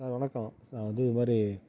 sir வணக்கம் நான் வந்து இது மாதிரி